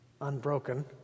unbroken